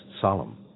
solemn